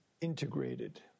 integrated